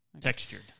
textured